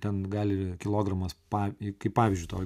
ten gali kilogramas pav kaip pavyzdžiui tau